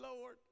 lord